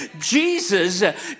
Jesus